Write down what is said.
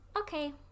Okay